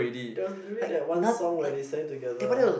there was literally that one song where they sang together